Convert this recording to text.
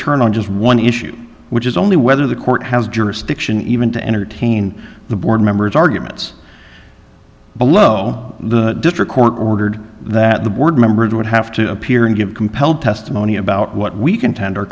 turn on just one issue which is only whether the court has jurisdiction even to entertain the board members arguments below the district court ordered that the board members would have to appear and give compelled testimony about what we contend are